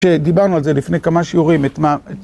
כשדיברנו על זה לפני כמה שיעורים, את מה...